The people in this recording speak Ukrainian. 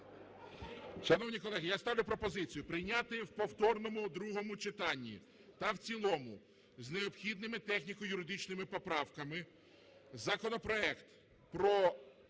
Шановні колеги, я ставлю пропозицію прийняти в повторному другому читанні та в цілому з необхідними техніко-юридичними поправками законопроект про